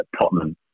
Tottenham